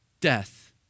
Death